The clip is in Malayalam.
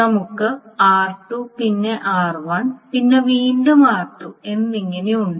ഞങ്ങൾക്ക് r2 പിന്നെ r1 പിന്നെ വീണ്ടും r2 എന്നിങ്ങനെ ഉണ്ട്